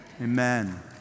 Amen